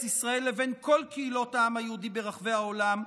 ישראל לבין כל קהילות העם היהודי ברחבי העולם,